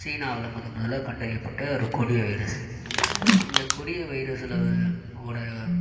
சீனாவில் முதன்முதலில் கண்டறியபட்டு ஒரு கொடிய வைரஸ் இந்த கொடிய வைரஸில்